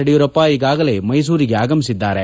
ಯಡಿಯೂರಪ್ಪ ಈಗಾಗಲೇ ಮೈಸೂರಿಗೆ ಆಗಮಿಸಿದ್ದಾರೆ